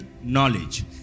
knowledge